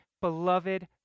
beloved